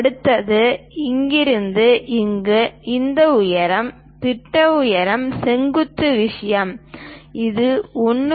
அடுத்தது இங்கிருந்து இங்கு இந்த உயரம் திட்ட உயரம் செங்குத்து விஷயம் இது 1